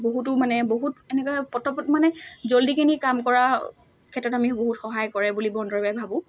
বহুতো মানে বহুত এনেকুৱা পতাপত মানে জলদি কিনি কাম কৰাৰ ক্ষেত্ৰত আমি বহুত সহায় কৰে বুলি বন দৰৱে ভাবোঁ